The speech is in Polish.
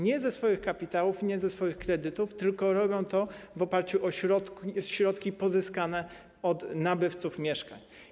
Nie ze swoich kapitałów, nie ze swoich kredytów, tylko robią to w oparciu o środki pozyskane od nabywców mieszkań.